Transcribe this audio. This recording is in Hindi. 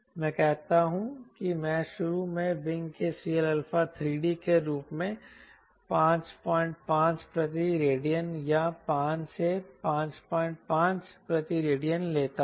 मैं कहता हूं कि मैं शुरू में विंग के CLα3d के रूप में 55 प्रति रेडियन या 5 से 55 प्रति रेडियन लेता हूं